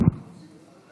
הכנסת